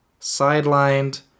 Sidelined